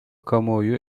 kamuoyu